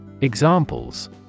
Examples